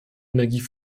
energie